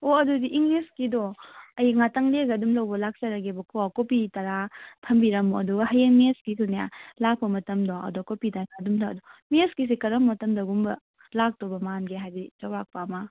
ꯑꯣ ꯑꯗꯨꯗꯤ ꯏꯪꯂꯤꯁꯀꯤꯗꯣ ꯑꯩ ꯉꯥꯏꯍꯥꯛꯇꯪ ꯂꯩꯔꯒ ꯑꯗꯨꯝ ꯂꯧꯕ ꯂꯥꯛꯆꯔꯒꯦꯕꯀꯣ ꯀꯣꯄꯤ ꯇꯔꯥ ꯊꯝꯕꯤꯔꯝꯃꯣ ꯑꯗꯨꯒ ꯍꯌꯦꯡ ꯃꯦꯠꯁꯀꯤꯗꯨꯅꯦ ꯂꯥꯛꯄ ꯃꯇꯝꯗꯣ ꯑꯗꯨ ꯀꯣꯄꯤ ꯇꯔꯥ ꯑꯗꯨꯝꯇꯒ ꯑꯗꯣ ꯃꯦꯠꯁꯀꯤꯁꯦ ꯀꯔꯝꯕ ꯃꯇꯝꯗꯒꯨꯝꯕ ꯂꯥꯛꯇꯧꯕ ꯃꯥꯟꯒꯦ ꯍꯥꯏꯗꯤ ꯆꯥꯎꯔꯥꯛꯄ ꯑꯃ